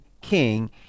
king